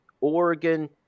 Oregon